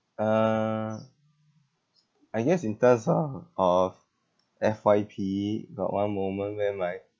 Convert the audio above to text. uh I guess in terms uh of F_Y_P got one moment where my